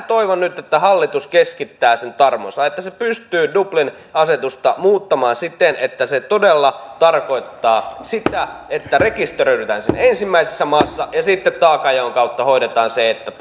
toivon nyt että hallitus keskittää sen tarmonsa että se pystyy dublin asetusta muuttamaan siten että se todella tarkoittaa sitä että rekisteröidytään siinä ensimmäisessä maassa ja sitten taakanjaon kautta hoidetaan se että